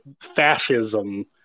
fascism